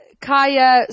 Kaya